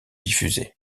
diffusés